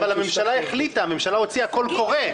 אבל הממשלה החליטה, הממשלה הוציאה קול קורא.